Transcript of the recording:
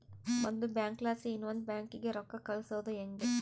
ಒಂದು ಬ್ಯಾಂಕ್ಲಾಸಿ ಇನವಂದ್ ಬ್ಯಾಂಕಿಗೆ ರೊಕ್ಕ ಕಳ್ಸೋದು ಯಂಗೆ